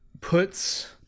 puts